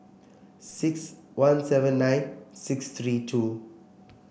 six one seven nine six three two